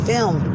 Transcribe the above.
Film